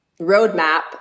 roadmap